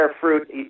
fruit